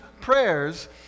prayers